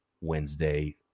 Wednesday